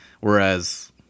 Whereas